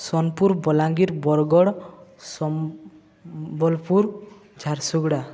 Sonepur Balangir Bargarh Sambalpur Jharsuguda